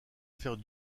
faire